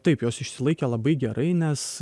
taip jos išsilaikė labai gerai nes